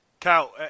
Kyle